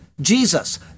Jesus